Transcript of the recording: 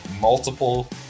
multiple